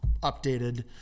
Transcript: updated